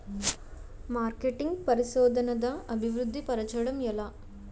marketing పరిశోధనదా అభివృద్ధి పరచడం ఎలా